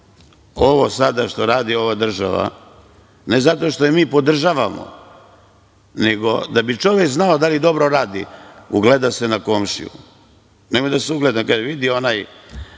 ovo sada što radi ova država, ne zato što je mi podržavamo, nego da bi čovek znao da li dobro radi, ugleda se na komšiju, nemoj da se ugleda, nego kaže – vidi onaj